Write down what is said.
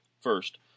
First